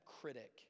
critic